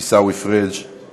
עיסאווי פריג';